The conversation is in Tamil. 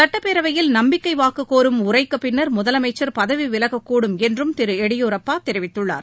சுட்டப்பேரவையில் நம்பிக்கை வாக்குக் கோரும் உரைக்குப் பின்னர் முதலமைச்சர் பதவி விலகக் கூடும் என்றும் திரு எடியூரப்பா தெரிவித்துள்ளார்